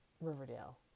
Riverdale